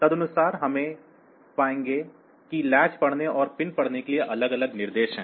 तदनुसार हम पाएंगे कि लैच पढ़ने और पिन पढ़ने के लिए अलग अलग निर्देश हैं